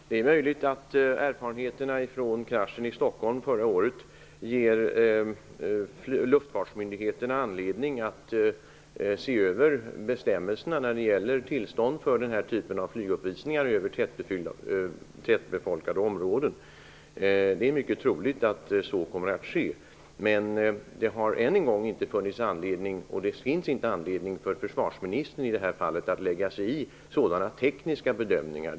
Herr talman! Det är möjligt att erfarenheterna från kraschen i Stockholm förra året ger luftfartsmyndigheterna anledning att se över bestämmelserna när det gäller tillstånd för den här typen av flyguppvisningar över tättbefolkade områden. Det är mycket troligt att så kommer att ske, men det har än en gång inte funnits anledning -- och det finns inte anledning -- för försvarsministern att lägga sig i tekniska bedömningar.